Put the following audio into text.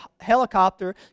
helicopter